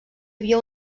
havia